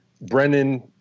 Brennan